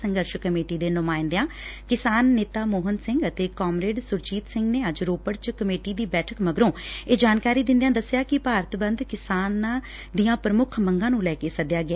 ਸੰਘਰਸ਼ ਕਮੇਟੀ ਦੇ ਨੁਮਾਇੰਦਿਆਂ ਕਿਸਾਨ ਨੇਤਾ ਮੋਹਨ ਸਿੰਘ ਅਤੇ ਕਾਮਰੇਡ ਸੁਰਜੀਤ ਸਿੰਘ ਨੇ ਅੱਜ ਰੋਪੜ ਚ ਕਮੇਟੀ ਦੀ ਬੈਠਕ ਮਗਰੋ ਇਹ ਜਾਣਕਾਰੀ ਦਿੰਦਿਆਂ ਦਸਿਆ ਕਿ ਭਾਰਤ ਬੰਦ ਕਿਸਾਨ ਦੀਆਂ ਪ੍ਰਮੁੱਖ ਮੰਗਾਂ ਨੂੰ ਲੈ ਕੇ ਸੱਦਿਆ ਗਿਆ